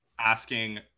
asking